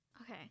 Okay